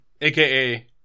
aka